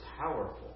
powerful